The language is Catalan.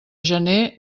gener